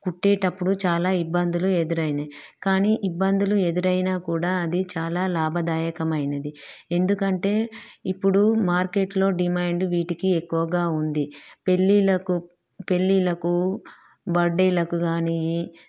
కుట్టేటప్పుడు చాలా ఇబ్బందులు ఎదురైనాయి కానీ ఇబ్బందులు ఎదురైనా కూడా అది చాలా లాభదాయకమైనది ఎందుకంటే ఇప్పుడు మార్కెట్లో డిమాండ్ వీటికి ఎక్కువగా ఉంది పెళ్ళిళ్ళకు పెళ్ళిళ్ళకు బర్త్డేలకు కాని